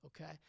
okay